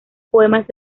poemas